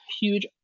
huge